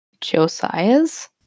josiah's